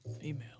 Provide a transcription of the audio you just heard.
Female